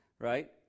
Right